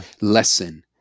lesson